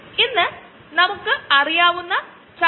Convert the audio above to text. ഇൻസുലിന്റെ ആദ്യ സ്രോദസ്സു പന്നിയുടെ ആമാശയം ആയിരുന്നു